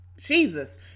Jesus